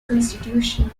constitution